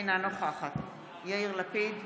אינה נוכחת יאיר לפיד,